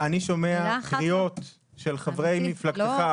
אני שומע קריאות של חברי מפלגתך,